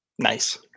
Nice